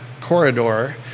corridor